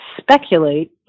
speculate